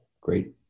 Great